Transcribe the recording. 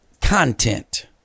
content